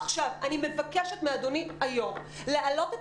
אני מבקשת מאדוני היושב-ראש להעלות את